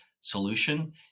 solution